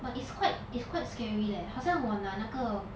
but it's quite it's quite scary leh 好像我拿那个